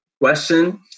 question